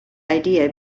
idea